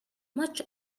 much